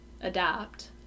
adapt